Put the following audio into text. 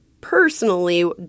personally